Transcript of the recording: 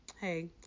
Hey